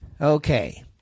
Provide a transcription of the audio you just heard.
Okay